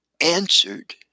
answered